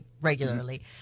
regularly